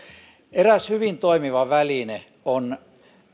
eräs hyvin toimiva väline on